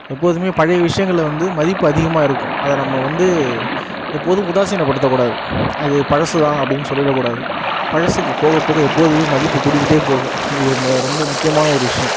எப்போதும் பழைய விஷயங்கள வந்து மதிப்பு அதிகமாக இருக்கும் அதை நம்ம வந்து எப்போதும் உதாசினம் படுத்த கூடாது அது பழசு தான் அப்படின்னு சொல்லிட கூடாது பழசுக்கு போக போக எப்போதும் மதிப்பு கூடிக்கிட்டே போகும் இது ரொம்ப ரொம்ப முக்கியமான ஒரு விஷ்யம்